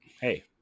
Hey